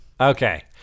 Okay